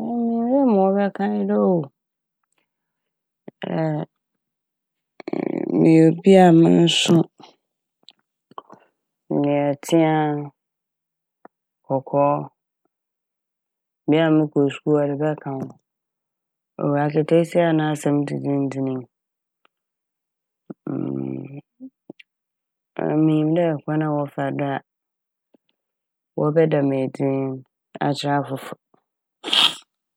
Emi minyim dɛ ma wɔbɛka anye dɛ oh! meyɛ obi a monnso meyɛ tseaa, kɔkɔɔ, bea a mokɔ skuul wɔde bɛka ho oh! Akataasia a n'asɛm dedennden yi Ame minyim dɛ kean a wɔfa do a wɔbɛda me edzi nye n' akyerɛ afofor.